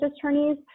attorneys